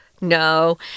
No